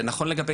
זה נכון לגבי,